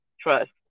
trust